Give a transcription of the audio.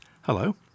Hello